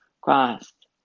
Christ